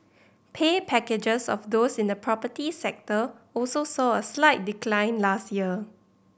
pay packages of those in the property sector also saw a slight decline last year